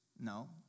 No